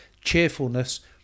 cheerfulness